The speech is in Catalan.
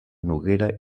noguera